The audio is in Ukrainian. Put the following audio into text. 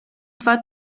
два